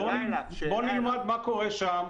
בואו נלמד מה קורה שם.